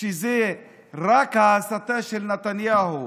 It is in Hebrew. שזה רק ההסתה של נתניהו,